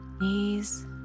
knees